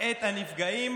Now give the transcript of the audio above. את הנפגעים